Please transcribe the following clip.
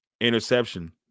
interception